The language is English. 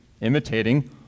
imitating